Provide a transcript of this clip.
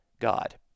god